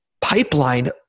pipeline